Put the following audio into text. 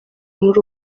muri